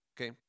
Okay